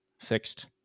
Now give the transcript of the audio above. fixed